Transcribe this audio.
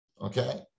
Okay